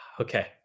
Okay